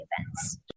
events